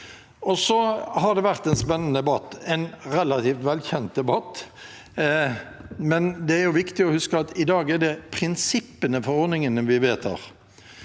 Det har vært en spennende debatt, en relativt velkjent debatt. Men det er viktig å huske at i dag er det prinsippene for ordningene vi vedtar.